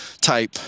type